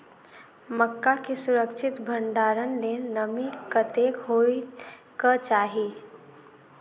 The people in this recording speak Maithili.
मक्का केँ सुरक्षित भण्डारण लेल नमी कतेक होइ कऽ चाहि?